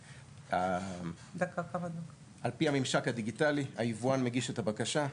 על פי הממשק הדיגיטלי היבואן מגיש את הבקשה,